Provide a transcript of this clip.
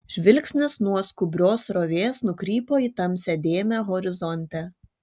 žvilgsnis nuo skubrios srovės nukrypo į tamsią dėmę horizonte